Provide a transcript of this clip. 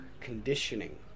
conditioning